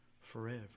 forever